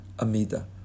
Amida